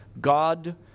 God